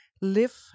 live